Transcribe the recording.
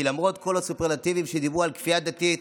כי למרות כל הסופרלטיבים שדיברו על כפייה דתית,